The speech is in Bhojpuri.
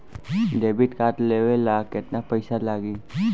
डेबिट कार्ड लेवे ला केतना पईसा लागी?